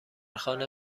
خانه